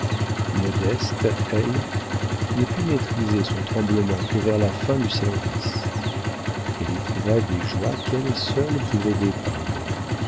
elle ne put maîtriser son tremblement que vers la fin du service elle éprouva des joies qu'elle seule pouvait dépeindre